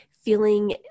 feeling